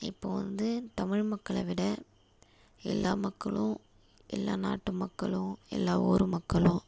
இப்போ வந்து தமிழ் மக்களை விட எல்லா மக்களும் எல்லா நாட்டு மக்களும் எல்லா ஊர் மக்களும்